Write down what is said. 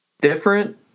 different